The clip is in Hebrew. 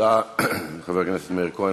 תודה לחבר הכנסת מאיר כהן.